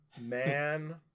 man